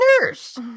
nurse